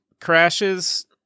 crashes